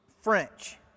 French